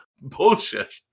Bullshit